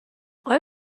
آیا